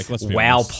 wow